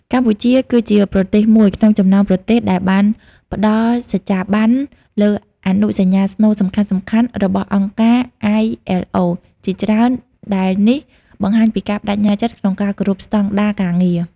កម្ពុជាគឺជាប្រទេសមួយក្នុងចំណោមប្រទេសដែលបានផ្តល់សច្ចាប័នលើអនុសញ្ញាស្នូលសំខាន់ៗរបស់អង្គការ ILO ជាច្រើន ដែលនេះបង្ហាញពីការប្តេជ្ញាចិត្តក្នុងការគោរពស្តង់ដារការងារ។